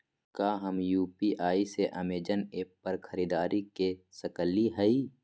का हम यू.पी.आई से अमेजन ऐप पर खरीदारी के सकली हई?